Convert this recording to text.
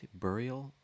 Burial